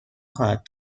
خواهد